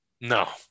No